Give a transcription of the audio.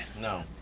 No